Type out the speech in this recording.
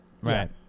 Right